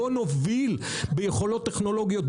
בוא נוביל ביכולות טכנולוגיות,